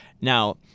Now